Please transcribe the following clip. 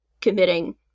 committing